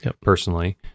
personally